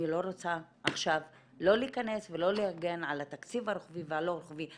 אני לא רוצה עכשיו לא להיכנס ולא להגן על התקציב הרוחבי והלא רוחבי.